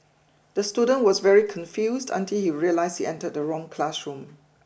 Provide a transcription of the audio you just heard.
the student was very confused until he realized he entered the wrong classroom